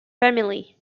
family